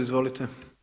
Izvolite.